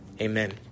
amen